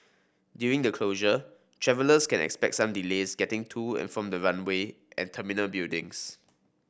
during the closure travellers can expect some delays getting to and from the runway and terminal buildings